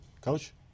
Coach